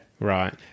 Right